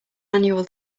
annual